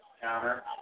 Counter